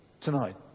tonight